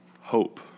hope